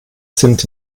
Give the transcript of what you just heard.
sind